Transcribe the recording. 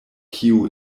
kiu